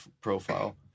profile